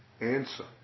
answer